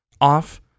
off